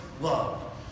love